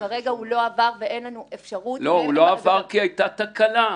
כרגע הוא לא עבר ואין לנו אפשרות -- הוא לא עבר כי הייתה תקלה.